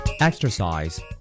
Exercise